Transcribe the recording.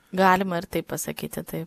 galima ir taip pasakyti taip